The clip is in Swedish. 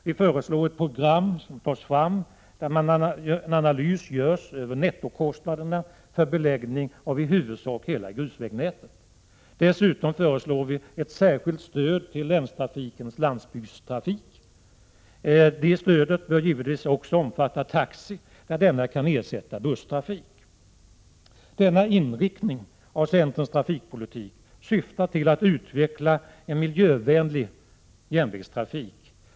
Vi föreslår också att ett program tas fram, där en analys görs av nettokostnaderna för beläggning av i huvudsak hela grusvägsnätet. Dessutom föreslår vi ett särskilt stöd till länstrafikens landsbygdstrafik. Det stödet bör givetvis också omfatta taxi i den mån denna kan ersätta busstrafik. Denna inriktning av centerns trafikpolitik syftar till att utveckla en miljövänlig järnvägstrafik.